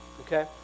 okay